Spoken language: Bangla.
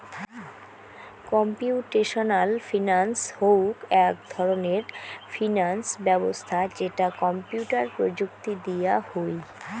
কম্পিউটেশনাল ফিনান্স হউক এক ধরণের ফিনান্স ব্যবছস্থা যেটা কম্পিউটার প্রযুক্তি দিয়া হুই